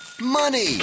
Money